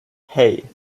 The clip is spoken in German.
hei